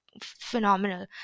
phenomenal